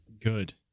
Good